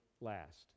last